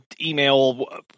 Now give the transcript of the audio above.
email